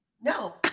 No